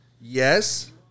Yes